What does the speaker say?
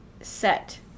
set